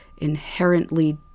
inherently